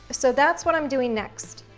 so that's what i'm doing next.